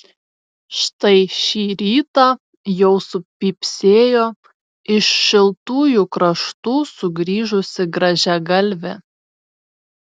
štai šį rytą jau supypsėjo iš šiltųjų kraštų sugrįžusi grąžiagalvė